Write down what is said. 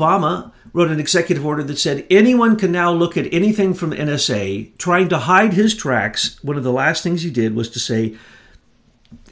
obama wrote an executive order that said anyone can now look at anything from in a say trying to hide his tracks one of the last things he did was to say